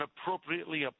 appropriately